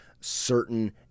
certain